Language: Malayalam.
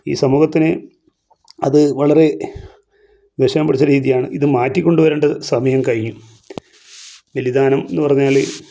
ഈ സമൂഹത്തിന് അത് വളരെ വിഷമം പിടിച്ച രീതിയാണ് ഇത് മാറ്റിക്കൊണ്ട് വരേണ്ട സമയം കഴിഞ്ഞു ബലിദാനം എന്ന് പറഞ്ഞാൽ